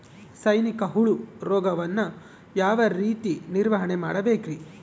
ಸೈನಿಕ ಹುಳು ರೋಗವನ್ನು ಯಾವ ರೇತಿ ನಿರ್ವಹಣೆ ಮಾಡಬೇಕ್ರಿ?